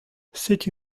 setu